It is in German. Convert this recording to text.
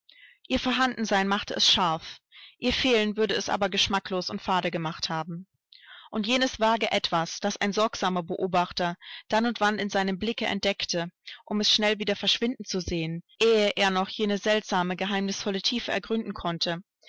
ihr vorhandensein machte es scharf ihr fehlen würde es aber geschmacklos und fade gemacht haben und jenes vage etwas das ein sorgsamer beobachter dann und wann in seinem blicke entdeckte um es schnell wieder verschwinden zu sehen ehe er noch jene seltsame geheimnisvolle tiefe ergründen konnte